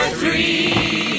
three